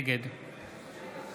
נגד